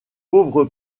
pauvre